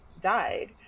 died